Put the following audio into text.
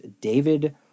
David